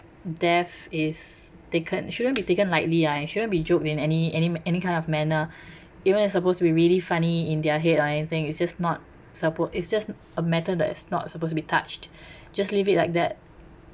death is taken shouldn't be taken lightly ah and it shouldn't be joked in any any any kind of manner even it's supposed to be really funny in their headline thing it's just not suppo~ it's just a matter that it's not supposed to be touched just leave it like that